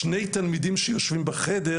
שני תלמידים שיושבים בחדר